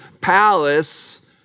palace